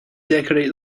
decorate